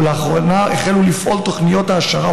ולאחרונה החלו לפעול תוכניות העשרה